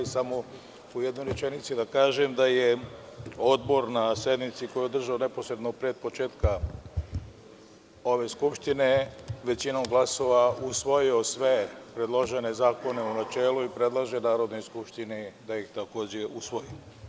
Dozvolite mi u jednoj rečenici da kažem da je Odbor na sednici, koju je održao neposredno pre početka ove skupštine, većinom glasova usvojio sve predložene zakone u načelu i predlaže Narodnoj skupštini da ih takođe usvoji.